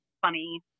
funny